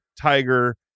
Tiger